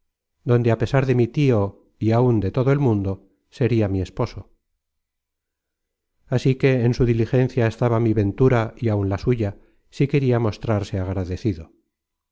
adonde á pesar de mi tio y áun de todo el mundo sería mi esposo así que en su diligencia estaba mi ventura y áun la suya si queria mostrarse agradecido